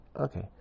Okay